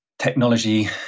technology